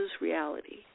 reality